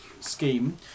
scheme